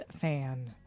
fan